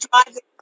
driving